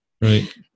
right